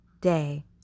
day